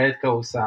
כעת כעוסה,